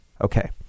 Okay